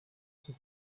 zum